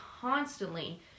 constantly